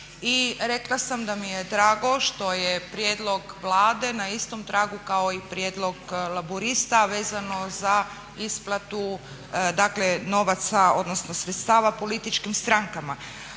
rekla sam da mi je drago što je prijedlog Vlade na istom tragu kao i prijedlog laburista a vezano za isplatu, dakle novaca, odnosno sredstava političkim strankama.